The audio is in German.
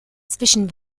zwischen